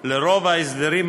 ברוב ההסדרים הקיימים.